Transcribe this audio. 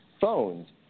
phones